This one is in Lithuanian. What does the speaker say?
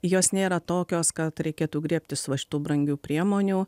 jos nėra tokios kad reikėtų griebtis va šitų brangių priemonių